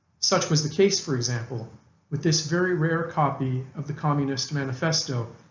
such was the case for example with this very rare copy of the communist manifesto,